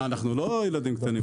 מה, אנחנו לא ילדים קטנים.